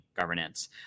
governance